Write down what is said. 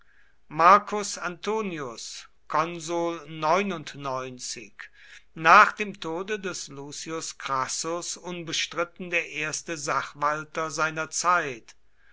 marcus antonius nach dem tode des lucius crassus unbestritten der erste sachwalter seiner zeit